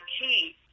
key